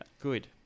Good